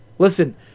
Listen